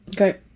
Okay